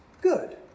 good